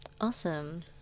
Awesome